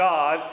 God